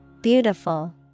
Beautiful